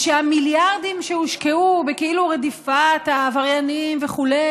שהמיליארדים שהושקעו בכאילו רדיפת העבריינים וכו'